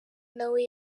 nawe